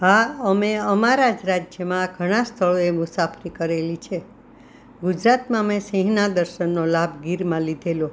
હા અમે અમારા જ રાજ્યમાં ઘણા સ્થળોએ મુસાફરી કરેલી છે ગુજરાતમાં મેં સિંહના દર્શનનો લાભ ગીરમાં લીધેલો